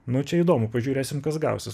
nu čia įdomu pažiūrėsim kas gausis